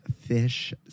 fish